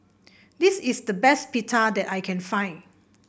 this is the best Pita that I can find